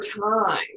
time